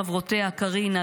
חברותיה קרינה,